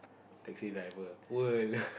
taxi driver world